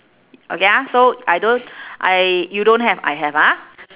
okay ah so I don't I you don't have I have ah